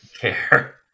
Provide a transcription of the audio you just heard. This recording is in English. care